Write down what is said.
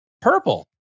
Purple